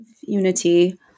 Unity